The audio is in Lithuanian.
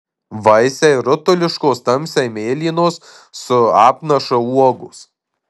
vaisiai rutuliškos tamsiai mėlynos su apnaša uogos